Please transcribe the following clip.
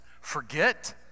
Forget